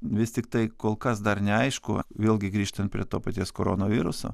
vis tiktai kol kas dar neaišku vėlgi grįžtant prie to paties koronaviruso